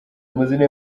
amazina